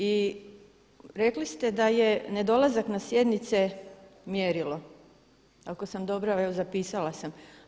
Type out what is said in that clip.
I rekli ste da je nedolazak na sjednice mjerilo, ako sam dobro, evo zapisala sam.